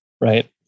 Right